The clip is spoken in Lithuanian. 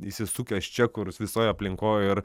įsisukęs čia kurs visoj aplinkoj ir